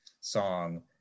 song